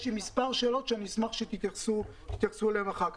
יש לי מספר שאלות, שאשמח שתתייחסו אליהן אחר כך.